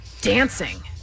dancing